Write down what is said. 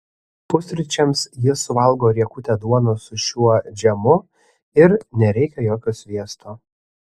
pusryčiams ji suvalgo riekutę duonos su šiuo džemu ir nereikia jokio sviesto